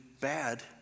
bad